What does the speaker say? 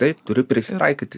taip turi prisitaikyti